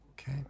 okay